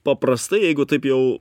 paprastai jeigu taip jau